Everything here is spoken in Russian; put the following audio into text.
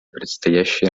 предстоящей